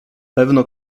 pewno